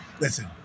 Listen